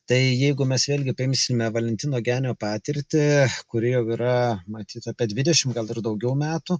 tai jeigu mes vėlgi paimsime valentino genio patirtį kuri jau yra matyt apie dvidešimt gal ir daugiau metų